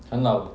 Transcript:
很老了